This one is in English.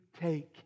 take